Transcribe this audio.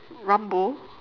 rambo